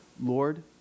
Lord